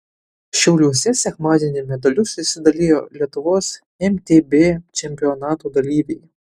šiauliuose sekmadienį medalius išsidalijo lietuvos mtb čempionato dalyviai